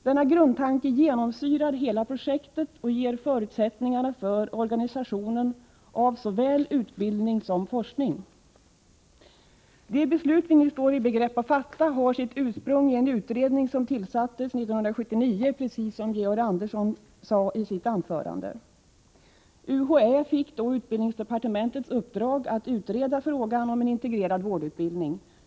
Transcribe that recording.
Denna grundtanke genomsyrar hela projektet och ger förutsättningarna för organisationen av såväl utbildning som forskning. Det beslut vi nu står i begrepp att fatta har sitt ursprung i en utredning som tillsattes 1979, som Georg Andersson sade i sitt anförande. UHÄ fick då utbildningsdepartementets uppdrag att utreda frågan om en integrerad vårdutbildning.